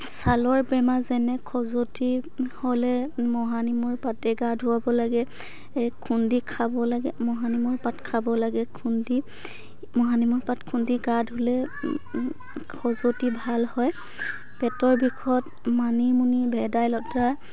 ছালৰ বেমাৰ যেনে খজুৱতি হ'লে মহানিমৰ পাতে গা ধুৱাব লাগে খুন্দি খাব লাগে মহানিমৰ পাত খাব লাগে খুন্দি মহানিমৰ পাত খুন্দি গা ধুলে খজুৱতি ভাল হয় পেটৰ বিষত মানিমুনি ভেদাইলতা